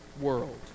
world